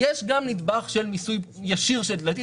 יש גם נדבך של מיסוי ישיר של דלקים,